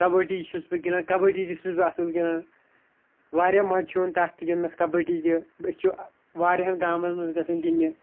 کَبڈی چھُس بہٕ گِنٛدان کَبڈی تہِ چھُس بہٕ اَصٕل گِنٛدان واریاہ مَزٕ چھُ یِوان تَتھ تہِ گِنٛدنَس کَبڈی تہِ أسۍ چھِ وارِیاہَن گامَن منٛز گَژھان گِنٛدنہِ